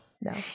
no